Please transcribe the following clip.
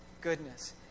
goodness